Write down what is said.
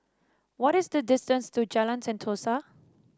what is the distance to Jalan Sentosa